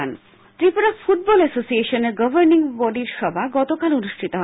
football Tripura football এসোসিয়েশনের governing বডির সভা গতকাল অনুষ্ঠিত হয়